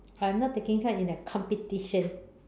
I'm not taking part in a competition